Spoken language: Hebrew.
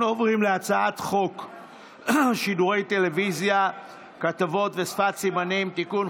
אנחנו עוברים להצעת חוק שידורי טלוויזיה (כתוביות ושפת סימנים) (תיקון,